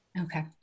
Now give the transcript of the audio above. Okay